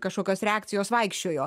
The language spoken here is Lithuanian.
kažkokios reakcijos vaikščiojo